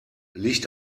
licht